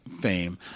fame